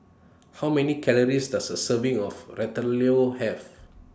How Many Calories Does A Serving of Ratatouille Have